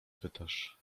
pytasz